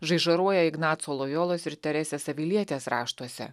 žaižaruoja ignaco lojolos ir teresės avilietės raštuose